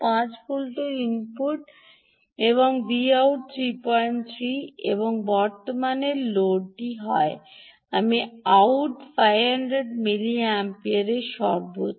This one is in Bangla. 5 ভোল্টের ইনপুট Vout 33 এবং বর্তমানের লোড হয় আমি আউট 500 মিলিঅ্যাম্পিয়ার সর্বোচ্চ